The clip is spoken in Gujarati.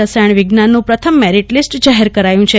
રસાયણ વિજ્ઞાનનું પ્રથમ મેરીટ લીસ્ટ જાહેર કરાયું છે